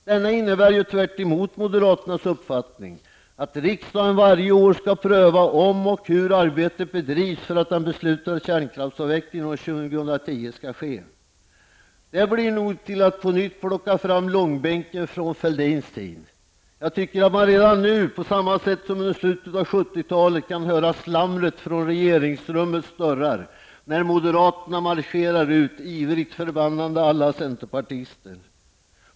Denna innebär ju, tvärtemot moderaternas uppfattning, att riksdagen varje år skall pröva om och hur arbetet bedrivs för att den beslutade kärnkraftsavvecklingen år 2010 skall ske. Det blir nog till att på nytt plocka fram långbänken från Fälldins tid. Jag tycker att man redan nu, på samma sätt som under slutet av 70-talet, kan höra slamret från regeringsrummets dörrar när moderaterna marscherar ut ivrigt förbannande alla centerpartister!